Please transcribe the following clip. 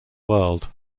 world